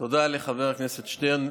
תודה לחבר הכנסת שטרן.